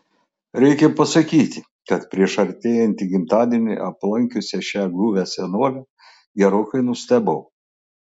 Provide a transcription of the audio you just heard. reikia pasakyti kad prieš artėjantį gimtadienį aplankiusi šią guvią senolę gerokai nustebau